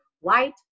white